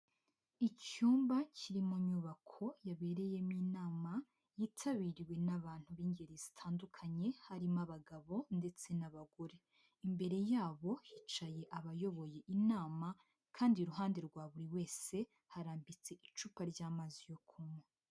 Icyumba kiri mu nyubako yabereyemo inama yitabiriwe n'abantu b'ingeri zitandukanye, harimo abagabo ndetse n'abagore. Imbere yabo hicaye abayoboye inama kandi iruhande rwa buri wese, harambitse icupa ry'amazi yo kunywa.